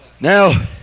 Now